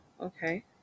okay